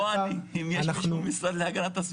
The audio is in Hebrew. אם יש מישהו ממשרד להגנת הסביבה?